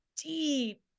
deep